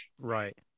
right